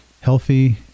healthy